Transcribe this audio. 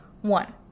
One